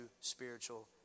spiritual